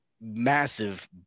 massive